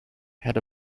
had